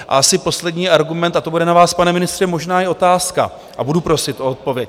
A asi poslední argument, a to bude na vás, pane ministře, možná i otázka a budu prosit o odpověď.